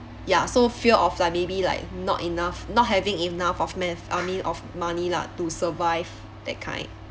ya so fear of like maybe like not enough not having enough of math I mean of money lah to survive that kind